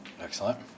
excellent